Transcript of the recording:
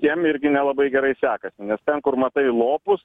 jiem irgi nelabai gerai sekasi nes ten kur matai lopus